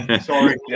Sorry